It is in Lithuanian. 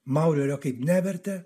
maurerio kaip nevertė